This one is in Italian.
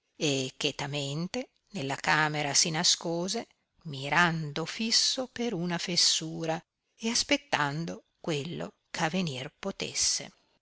e chetamente nella camera si nascose mirando fisso per una fissura e aspettando quello eh avenir potesse